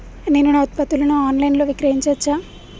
నేను నా ఉత్పత్తులను ఆన్ లైన్ లో విక్రయించచ్చా?